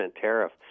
tariff